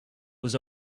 was